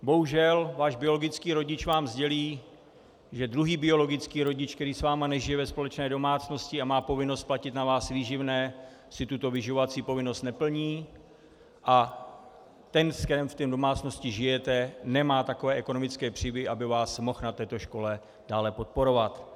Bohužel váš biologický rodič vám sdělí, že druhý biologický rodič, který s vámi nežije ve společné domácnosti a má povinnost platit na vás výživné, tuto vyživovací povinnost neplní, a ten, s kterým v té domácnosti žijete, nemá takové ekonomické příjmy, aby vás mohl na této škole dále podporovat.